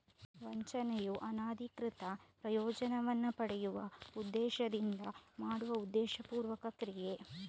ವಂಚನೆಯು ಅನಧಿಕೃತ ಪ್ರಯೋಜನವನ್ನ ಪಡೆಯುವ ಉದ್ದೇಶದಿಂದ ಮಾಡುವ ಉದ್ದೇಶಪೂರ್ವಕ ಕ್ರಿಯೆ